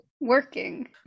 Working